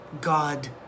God